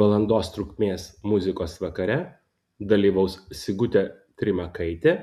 valandos trukmės muzikos vakare dalyvaus sigutė trimakaitė